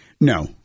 No